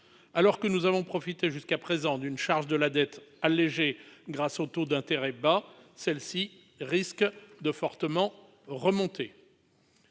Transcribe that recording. Alors que nous avons profité jusqu'à présent d'une charge de la dette allégée grâce aux taux d'intérêt bas, celle-ci risque de fortement remonter.